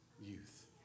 youth